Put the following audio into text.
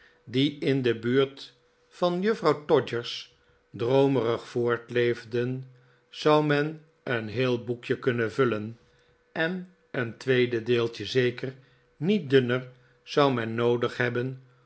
die in de buurt van juffrouw todgers droomerig voortleefden zou men een heel boekje kunnen vullen en een tweede deeltje zeker niet dunner zou men noodig hebben